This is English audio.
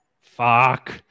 fuck